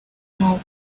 how